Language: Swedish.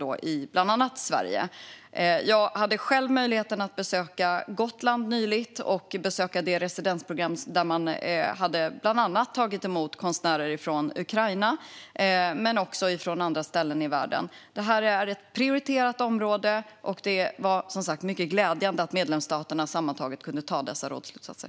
Jag hade själv nyligen möjligheten att besöka Gotland och dess residensprogram, där man tagit emot konstnärer från Ukraina och andra ställen i världen. Det här är ett prioriterat område, och det var som sagt mycket glädjande att medlemsstaterna kunde anta dessa rådsslutsatser.